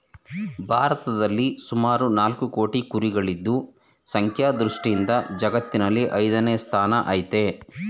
ಭಾರತದಲ್ಲಿ ಸುಮಾರು ನಾಲ್ಕು ಕೋಟಿ ಕುರಿಗಳಿದ್ದು ಸಂಖ್ಯಾ ದೃಷ್ಟಿಯಿಂದ ಜಗತ್ತಿನಲ್ಲಿ ಐದನೇ ಸ್ಥಾನ ಆಯ್ತೆ